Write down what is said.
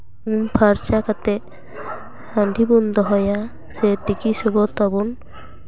ᱩᱢ ᱯᱷᱟᱨᱪᱟ ᱠᱟᱛᱮᱫ ᱦᱟᱺᱰᱤ ᱵᱚᱱ ᱫᱚᱦᱚᱭᱟ ᱥᱮ ᱛᱤᱠᱤ ᱥᱚᱵᱚᱫ ᱟᱵᱚᱱ